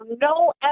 no